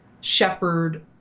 shepherd